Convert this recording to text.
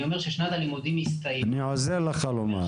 אני אומר ששנת הלימודים הסתיימה --- אני עוזר לך לומר.